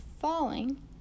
falling